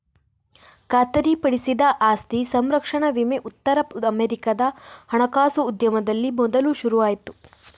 ಖಾತರಿಪಡಿಸಿದ ಆಸ್ತಿ ಸಂರಕ್ಷಣಾ ವಿಮೆ ಉತ್ತರ ಅಮೆರಿಕಾದ ಹಣಕಾಸು ಉದ್ಯಮದಲ್ಲಿ ಮೊದಲು ಶುರು ಆಯ್ತು